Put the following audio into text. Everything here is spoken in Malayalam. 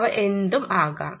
അവ എന്തും ആകാം